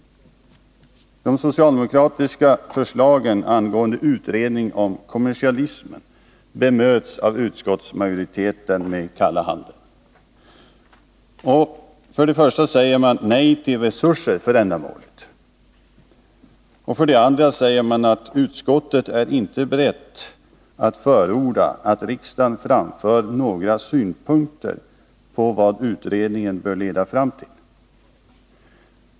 De socialdemokratiska förslagen angående utredning om kommersialismen bemöts med kalla handen av utskottsmajoriteten. För det första säger den nej till resurser för ändamålet. För det andra säger den att utskottet inte är berett att förorda att riksdagen framför några synpunkter på vad utredningen bör leda fram till.